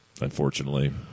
unfortunately